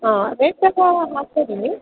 ಹಾಂ ರೇಟ್ ಎಲ್ಲ ಹಾಕಿಕೊಡಿ